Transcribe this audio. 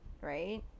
right